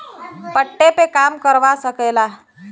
पट्टे पे काम करवा सकेला